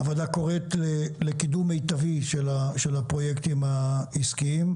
הוועדה קוראת לקידום מיטבי של הפרויקטים העסקיים,